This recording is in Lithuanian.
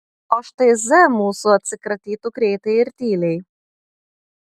o štai z mūsų atsikratytų greitai ir tyliai